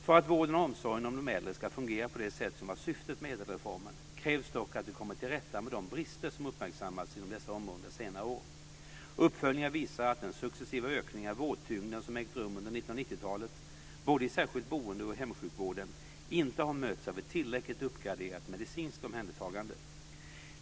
För att vården och omsorgen om de äldre ska fungera på det sätt som var syftet med ädelreformen krävs dock att vi kommer till rätta med de brister som uppmärksammats inom dessa områden under senare år. Uppföljningar visar att den successiva ökning av vårdtyngden som ägt rum under 1990-talet, både i särskilt boende och i hemsjukvården, inte har mötts av ett tillräckligt uppgraderat medicinskt omhändertagande.